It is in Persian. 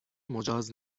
مجاز